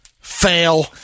Fail